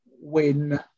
win